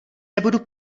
nebudu